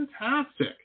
Fantastic